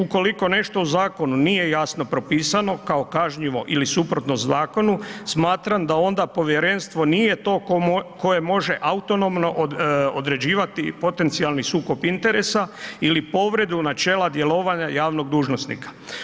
Ukoliko nešto u zakonu nije jasno propisano kao kažnjivo ili suprotno zakonu smatram da onda povjerenstvo nije to koje može autonomno određivati potencijalni sukob interesa ili povredu načela djelovanja javnog dužnosnika.